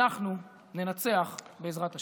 אנחנו ננצח, בעזרת השם.